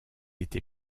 été